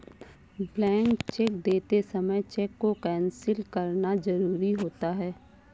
blank cheque देते समय cheque को कैंसिल करना जरुरी होता है